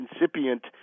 incipient